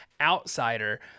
outsider